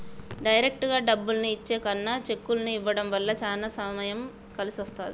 డైరెక్టుగా డబ్బుల్ని ఇచ్చే కన్నా చెక్కుల్ని ఇవ్వడం వల్ల చానా సమయం కలిసొస్తది